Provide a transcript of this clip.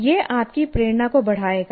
यह आपकी प्रेरणा को बढ़ाएगा